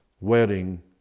wedding